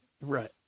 Right